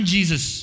Jesus